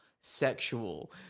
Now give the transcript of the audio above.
Sexual